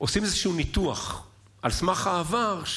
עושים איזשהו ניתוח על סמך העבר,